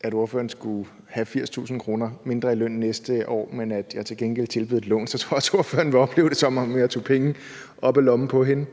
at ordføreren skulle have 80.000 kr. mindre i løn næste år, men at jeg til gengæld tilbød et lån, tror jeg også, at ordføreren ville opleve det, som om at jeg tog penge op af lommen på hende.